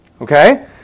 okay